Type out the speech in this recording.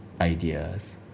ideas